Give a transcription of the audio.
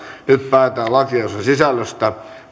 nyt päätetään lakiehdotusten sisällöstä